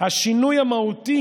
השינוי המהותי